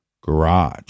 garage